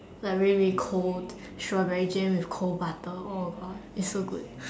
like really really cold strawberry jam with cold butter oh God it's so good